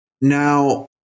Now